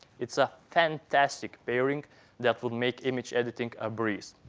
it's a fantastic pairing that would make image editing a breeze.